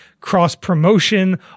cross-promotion